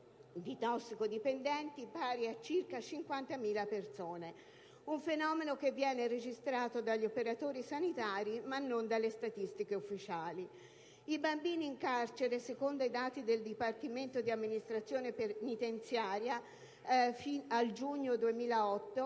di tossicodipendenti pari a circa 50.000 persone, un fenomeno che viene registrato dagli operatori sanitari ma non dalle statistiche ufficiali. Per quanto riguarda i bambini in carcere, secondo i dati del Dipartimento di amministrazione penitenziaria riferiti al 30 giugno 2008,